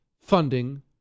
funding